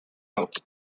oath